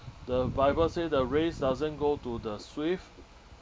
the bible say the race doesn't go to the swift